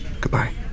Goodbye